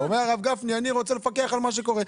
אומר הרב גפני: אני רוצה לפקח על מה שקורה.